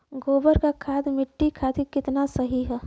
गोबर क खाद्य मट्टी खातिन कितना सही ह?